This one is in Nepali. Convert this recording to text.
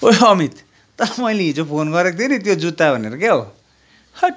ओए अमित तँलाई मैले हिजो फोन गरेको थिएँ नि त्यो जुत्ता भनेर क्या हो